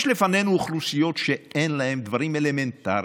יש לפנינו אוכלוסיות שאין להן דברים אלמנטריים.